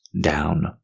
down